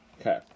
Okay